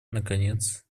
наконец